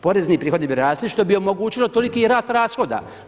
Porezni prihodi bi rasli što bi omogućilo toliki rast rashoda.